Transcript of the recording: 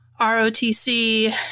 ROTC